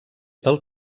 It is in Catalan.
del